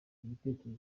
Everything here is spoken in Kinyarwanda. ibitekerezo